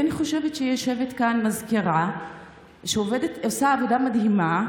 כי אני חושבת שיושבת כאן מזכירה שעושה עבודה מדהימה,